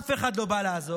אף אחד לא בא לעזור.